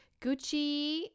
Gucci